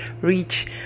reach